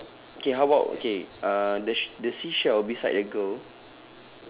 so okay okay how about okay uh the sh~ the seashell beside the girl